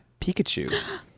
pikachu